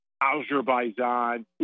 Azerbaijan